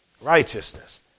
righteousness